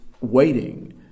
waiting